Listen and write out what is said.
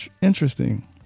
interesting